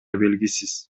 белгисиз